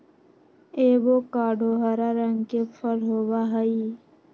avocado हरा रंग के फल होबा हई